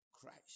Christ